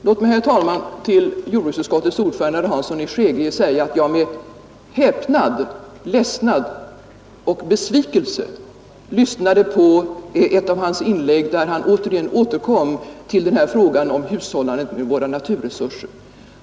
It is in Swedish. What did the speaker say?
Låt mig, herr talman, till jordbruksutskottets ordförande, herr Hansson i Skegrie, säga att jag med häpnad, ledsnad och besvikelse lyssnade på ett av hans inlägg, där han igen återkom till frågan om hushållandet med våra naturresurser.